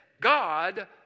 God